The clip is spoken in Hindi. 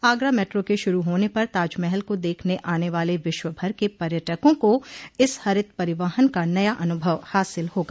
आगरा मेट्रो के शुरू होने पर ताजमहल को देखने आने वाले विश्वभर के पर्यटकों को इस हरित परिवहन का नया अनुभव हासिल होगा